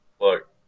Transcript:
Look